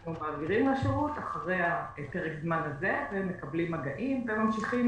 אנחנו מעבירים לשירות אחרי פרק הזמן הזה ומקבלים מגעים וממשיכים